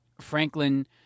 Franklin